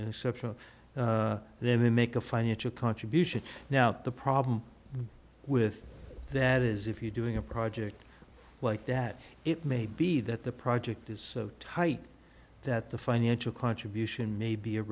then they make a financial contribution now the problem with that is if you're doing a project like that it may be that the project is so tight that the financial contribution may be a